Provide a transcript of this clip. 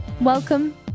Welcome